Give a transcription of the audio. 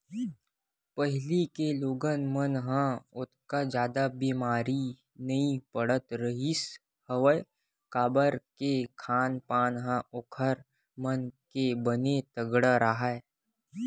पहिली के लोगन मन ह ओतका जादा बेमारी नइ पड़त रिहिस हवय काबर के खान पान ह ओखर मन के बने तगड़ा राहय